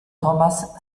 thomas